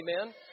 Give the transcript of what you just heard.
Amen